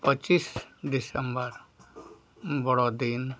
ᱯᱚᱸᱪᱤᱥ ᱰᱤᱥᱮᱢᱵᱚᱨ ᱵᱚᱲᱚ ᱫᱤᱱ